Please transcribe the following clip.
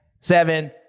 seven